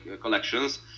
collections